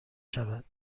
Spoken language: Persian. شود